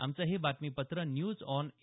आमचं हे बातमीपत्र न्यूज ऑन ए